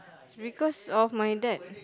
because of my dad